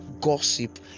gossip